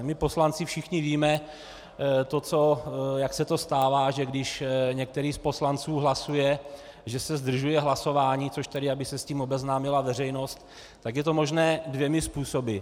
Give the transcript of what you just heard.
My poslanci všichni víme, jak se to stává, že když některý z poslanců hlasuje, že se zdržuje hlasování, což tedy, aby se s tím obeznámila veřejnost, tak je to možné dvěma způsoby.